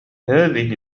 هذه